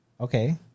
Okay